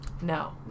No